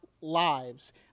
lives